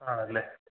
ആണല്ലേ